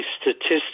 statistics